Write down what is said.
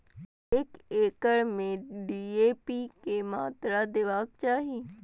एक एकड़ में डी.ए.पी के मात्रा देबाक चाही?